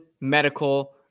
medical